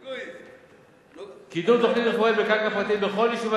10. קידום תוכנית מפורטת בקרקע פרטית: בכל יישובי